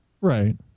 Right